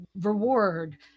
reward